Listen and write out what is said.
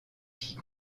qui